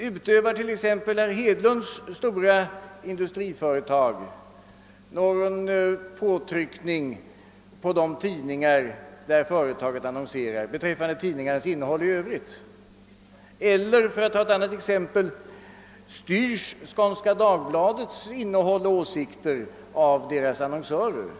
Utövar t.ex. herr Hedlunds stora industriföretag någon påtryckning beträffande tidningarnas innehåll i övrigt på de tidningar, där företaget annonserar? Eller, för att ta ett annat exempel, styrs Skånska Dagbladets innehåll och de åsikter som kommer till uttryck där av annonsörerna?